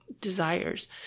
desires